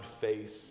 face